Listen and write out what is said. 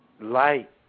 light